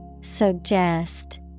Suggest